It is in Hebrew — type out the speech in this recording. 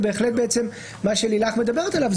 בהחלט מה שלילך מדברת עליו,